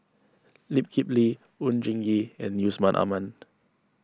Lee Kip Lee Oon Jin Gee and Yusman Aman